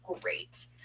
great